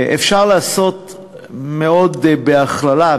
אפשר לעשות מאוד בהכללה,